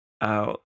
out